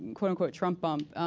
and quote unquote, trump bump.